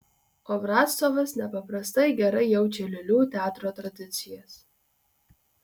obrazcovas nepaprastai gerai jaučia lėlių teatro tradicijas